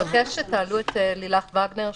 אפשר שתעלו את לילך וגנר,